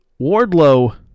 Wardlow